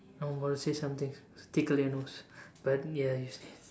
I'm gonna say somethings tickle your nose but ya you sneezed